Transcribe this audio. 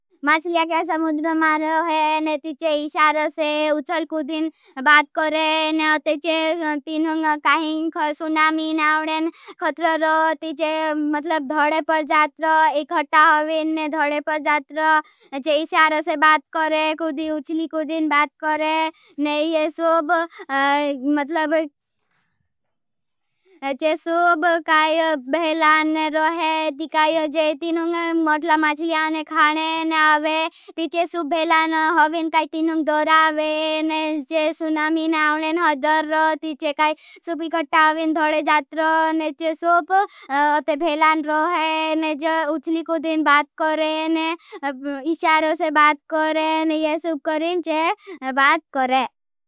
माचलिया क्या समुद्र मारे रोहे। तीछे इशार से उचल कुदिन बात करें। तीछे तीनुं काहिंख सुनामी नावनें खत्र रो। तीछे मतलब धड़े पर जात रो। इखटा होवीन धड़े पर जात रो, तीछे इशार से बात करें। माचलिया क्या समुद्र मारे रोहे। तीछे तीनुं काहिंख सुनामी नावनें खत्र रो। तीछे मतलब धड़े पर जात रो। ते भेल्आ नो है। जो मछली के देंन बात करे। इशारो से बात करे ने ये सब क्र्चे बात करे।